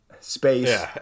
Space